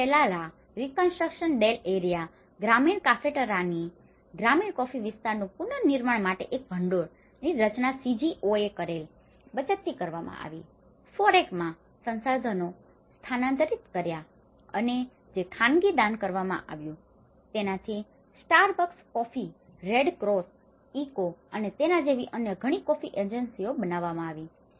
ફોન્ડો પેરા લા રિકન્સ્ટ્રક્શન ડેલ એરિયા ગ્રામીણ કાફેટેરાની a Fondo para la reconstruction del area rural cafeteria ગ્રામીણ કોફી વિસ્તારના પુનર્નિર્માણ માટે એક ભંડોળ રચના CGOએ કરેલ બચતથી કરવામાં આવી હતી ફોરેકમાંથી સંસાધનો સ્થાનાંતરીત કર્યા અને જે ખાનગી દાન કરવામાં આવ્યું હતું તેનાથી Starbucks coffee red cross ECHO અને તેના જેવી અન્ય ઘણી કોફી એજન્સીઓ બનાવવામાં આવી